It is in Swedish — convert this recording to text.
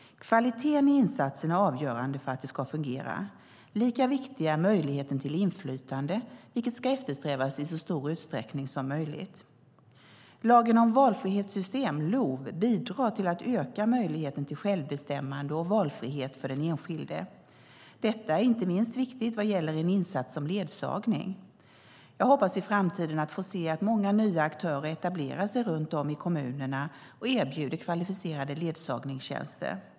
Kvaliteten i insatsen är avgörande för att det ska fungera. Lika viktig är möjligheten till inflytande, vilket ska eftersträvas i så stor utsträckning som möjligt. Lagen om valfrihetssystem, LOV, bidrar till att öka möjligheten till självbestämmande och valfrihet för den enskilde. Detta är inte minst viktigt vad gäller en insats som ledsagning. Jag hoppas i framtiden få se att många nya aktörer etablerar sig runt om i kommunerna och erbjuder kvalificerade ledsagningstjänster.